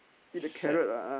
shack